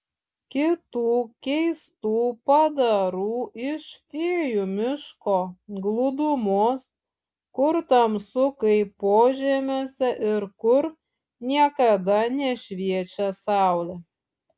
kitų keistų padarų iš fėjų miško glūdumos kur tamsu kaip požemiuose ir kur niekada nešviečia saulė